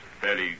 Fairly